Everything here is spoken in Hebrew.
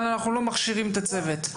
אבל אנחנו לא מכשירים את הצוות.